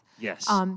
Yes